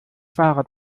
fahrrad